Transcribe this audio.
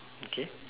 okay